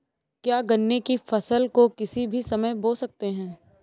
क्या गन्ने की फसल को किसी भी समय बो सकते हैं?